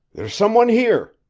there's some one here!